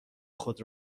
خود